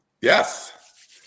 Yes